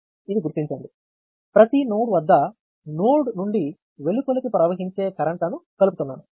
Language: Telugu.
ఇది గుర్తించండి ప్రతి నోడ్ వద్ద నోడ్ నుండి వెలుపలకి ప్రవహించే కరెంటు లను కలుపుతున్నాను